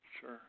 sure